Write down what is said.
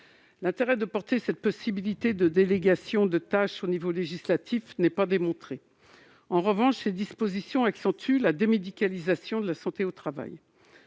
L'intérêt de porter cette possibilité de délégation de tâches au niveau législatif n'est pas démontré ; en revanche, ces dispositions accentuent la démédicalisation, dans la